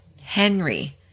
Henry